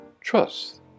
trust